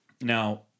now